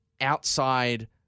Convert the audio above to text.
outside